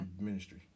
ministry